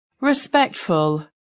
respectful